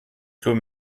clos